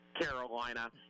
Carolina